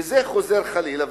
וחוזר חלילה.